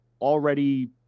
already